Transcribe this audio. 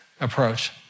approach